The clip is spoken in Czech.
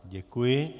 Děkuji.